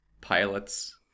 pilots